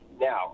Now